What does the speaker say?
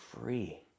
free